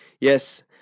Yes